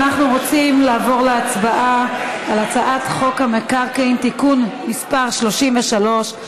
אנחנו רוצים לעבור להצבעה על הצעת חוק המקרקעין (תיקון מס' 33),